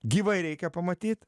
gyvai reikia pamatyt